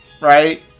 right